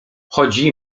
chodzi